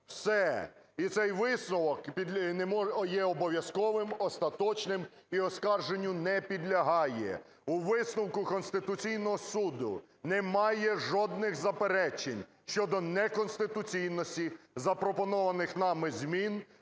Все. І цей висновок є обов'язковим, остаточним і оскарженню не підлягає. У висновку Конституційного Суду немає жодних заперечень щодо неконституційності запропонованих нами змін